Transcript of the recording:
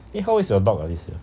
how old is your dog ah this year